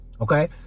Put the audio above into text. Okay